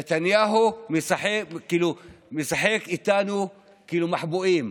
נתניהו משחק איתנו כאילו מחבואים,